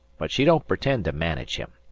but she don't pretend to manage him.